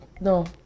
No